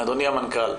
אדוני המנכ"ל,